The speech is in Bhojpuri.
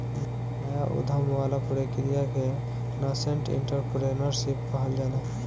नाया उधम वाला प्रक्रिया के नासेंट एंटरप्रेन्योरशिप कहल जाला